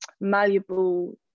malleable